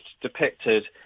depicted